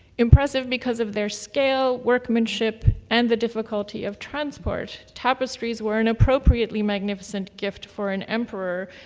impressive because of their scale, workmanship, and the difficulty of transport, tapestries were an appropriately magnificent gift for an emperor,